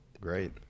great